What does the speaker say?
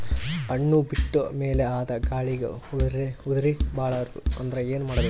ಹಣ್ಣು ಬಿಟ್ಟ ಮೇಲೆ ಅದ ಗಾಳಿಗ ಉದರಿಬೀಳಬಾರದು ಅಂದ್ರ ಏನ ಮಾಡಬೇಕು?